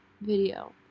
video